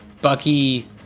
Bucky